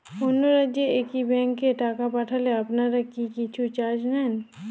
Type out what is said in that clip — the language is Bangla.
অন্য রাজ্যের একি ব্যাংক এ টাকা পাঠালে আপনারা কী কিছু চার্জ নেন?